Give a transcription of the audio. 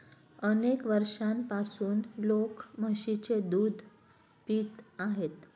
अनेक वर्षांपासून लोक म्हशीचे दूध पित आहेत